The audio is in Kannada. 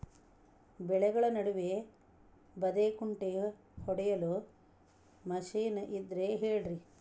ಬೆಳೆಗಳ ನಡುವೆ ಬದೆಕುಂಟೆ ಹೊಡೆಯಲು ಮಿಷನ್ ಇದ್ದರೆ ಹೇಳಿರಿ